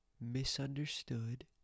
misunderstood